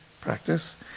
Practice